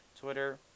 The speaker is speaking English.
Twitter